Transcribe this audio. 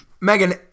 Megan